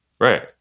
Right